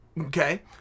Okay